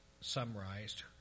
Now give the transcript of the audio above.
summarized